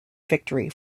victory